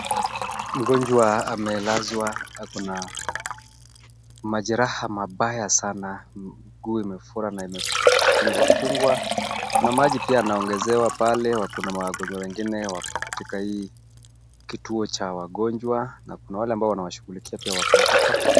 Mgonjwa amelazwa akona majeraha mabaya sana. Mguu imefura na imefungwa fungwa, kuna maji pia anaongezewa pale kuna wagonjwa wengine katika hiki kituo cha wagonjwa na kuna wale ambao wanawashughulikia pia wako hapa.